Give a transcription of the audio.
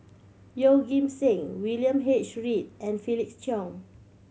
Yeoh Ghim Seng William H Read and Felix Cheong